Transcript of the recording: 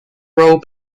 role